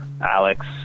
Alex